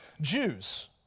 Jews